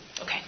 Okay